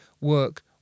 work